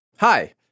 Hi